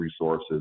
resources